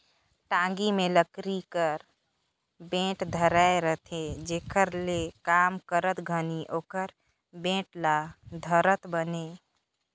टागी मे लकरी कर बेठ धराए रहथे जेकर ले काम करत घनी ओकर बेठ ल धरत बने